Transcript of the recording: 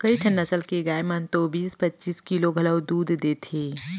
कइठन नसल के गाय मन ह तो बीस पच्चीस किलो घलौ दूद देथे